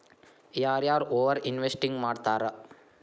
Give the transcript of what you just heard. ಯಾರ ಯಾರ over investing ಮಾಡ್ತಾರಾ